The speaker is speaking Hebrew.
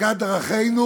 בצדקת דרכנו,